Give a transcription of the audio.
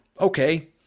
okay